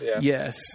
Yes